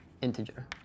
integer